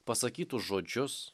pasakytus žodžius